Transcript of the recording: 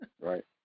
Right